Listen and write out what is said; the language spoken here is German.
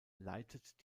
leitet